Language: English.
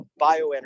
bioenergy